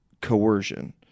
coercion